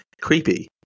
creepy